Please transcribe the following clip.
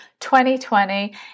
2020